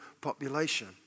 population